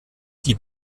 die